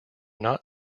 not